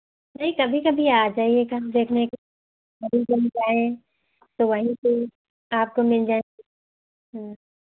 नहीं कभी कभी आ जाइएगा देखने के जभी बन जाए तो वही से आपको मिल जाए